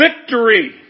victory